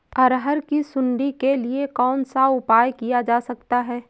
अरहर की सुंडी के लिए कौन सा उपाय किया जा सकता है?